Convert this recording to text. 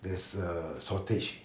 there's a shortage